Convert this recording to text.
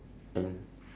and